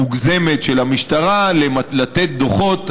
מוגזמת, של המשטרה לתת דוחות.